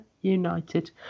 United